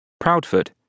Proudfoot